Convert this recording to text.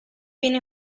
viene